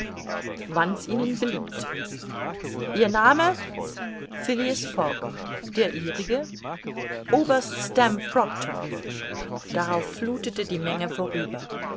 wann's ihnen beliebt ihr name phileas fogg der ihrige oberst stamp proctor darauf fluthete die menge vorüber